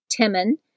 Timon